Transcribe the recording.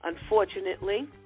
unfortunately